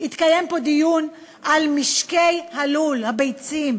התקיים פה דיון על משקי הלול, הביצים.